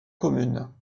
commune